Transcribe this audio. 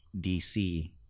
DC